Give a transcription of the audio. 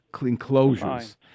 enclosures